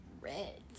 red